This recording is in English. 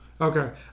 Okay